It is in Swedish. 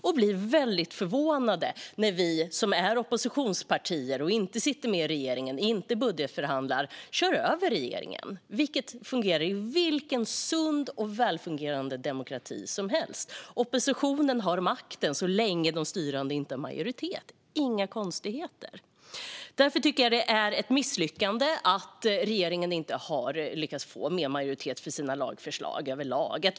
De blir väldigt förvånade när vi som är oppositionspartier, som inte sitter med i regeringen och inte budgetförhandlar, kör över regeringen, vilket fungerar i vilken sund och välfungerande demokrati som helst. Oppositionen har makten så länge de styrande inte har majoritet. Det är inga konstigheter. Därför tycker jag att det är ett misslyckande att regeringen inte har lyckats få mer av majoritet för sina lagförslag i allmänhet.